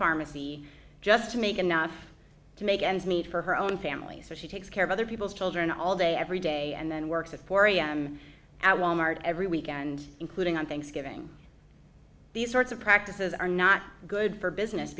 pharmacy just to make enough to make ends meet for her own family so she takes care of other people's children all day every day and then works at four am at wal mart every weekend including on thanksgiving these sorts of practices are not good for business